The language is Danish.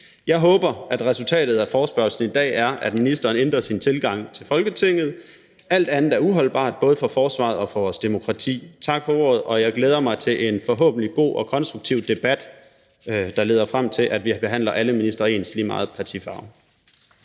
Jeg håber, at resultatet af forespørgslen i dag er, at ministeren ændrer sin tilgang til Folketinget. Alt andet er uholdbart, både for forsvaret og for vores demokrati. Tak for ordet. Jeg glæder mig til en forhåbentlig god og konstruktiv debat, der leder frem til, at vi behandler alle ministre ens uanset partifarve.